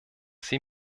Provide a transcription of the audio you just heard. sie